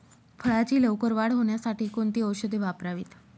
फळाची लवकर वाढ होण्यासाठी कोणती औषधे वापरावीत?